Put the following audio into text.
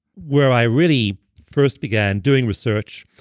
where i really first began doing research.